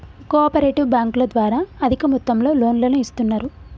co operative బ్యాంకుల ద్వారా అధిక మొత్తంలో లోన్లను ఇస్తున్నరు